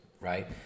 right